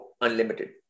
unlimited